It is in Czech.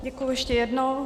Děkuji ještě jednou.